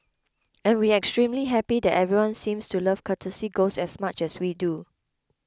and we extremely happy that everyone seems to love Courtesy Ghost as much as we do